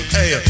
Hey